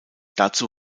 dazu